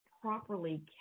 properly